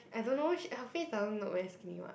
I don't know her face doesn't look very skinny [what]